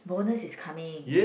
bonus is coming